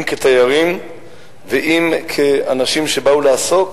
אם כתיירים ואם כאנשים שבאו לעסוק